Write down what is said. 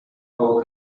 coal